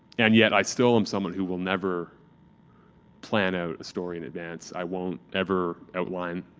and yet i still am someone who will never plan out a story in advance, i won't ever outline.